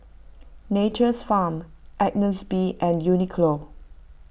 Nature's Farm Agnes B and Uniqlo